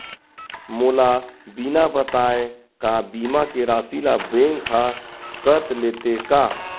मोला बिना बताय का बीमा के राशि ला बैंक हा कत लेते का?